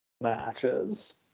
matches